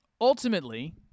Ultimately